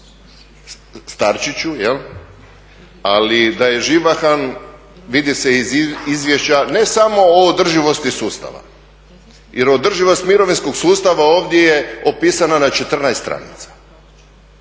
starčiću, ali da je živahan vidi se i iz izvješća ne samo o održivosti sustava, jer održivost mirovinskog sustava ovdje je opisana na 14 stranica.